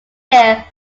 year